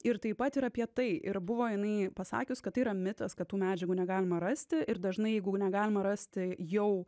ir taip pat ir apie tai ir buvo jinai pasakius kad tai yra mitas kad tų medžiagų negalima rasti ir dažnai jeigu negalima rasti jau